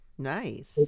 Nice